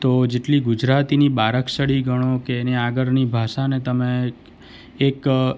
તો જેટલી ગુજરાતીની બારાક્ષળી ગણો કે એની આગળની ભાષાને તમે એક